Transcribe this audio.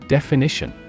Definition